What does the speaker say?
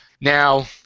now